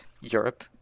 Europe